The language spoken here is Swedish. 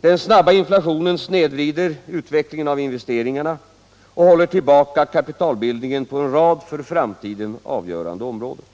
Den snabba inflationen snedvrider utvecklingen av investeringarna och håller tillbaka kapitalbildningen på en rad för framtiden avgörande områden.